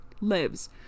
lives